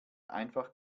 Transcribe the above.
einfach